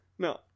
No